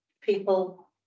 people